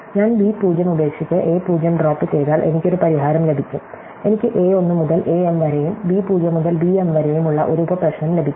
ഞാൻ b 0 ഉപേക്ഷിച്ച് a 0 drop ചെയ്താൽ എനിക്ക് ഒരു പരിഹാരം ലഭിക്കും എനിക്ക് a 1 മുതൽ a m വരെയും b 0 മുതൽ b m വരെയും ഉള്ള ഒരു ഉപപ്രശ്നം ലഭിക്കും